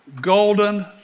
golden